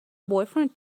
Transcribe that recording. boyfriend